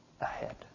ahead